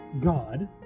God